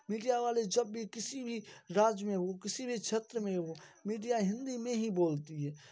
media वाले जब भी किसी भी राज्य में हो किसी भी क्षेत्र में हो मीडिया हिंदी में ही बोलती है